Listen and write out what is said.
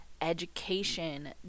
education